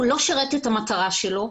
הוא לא שירת את המטרה שלו.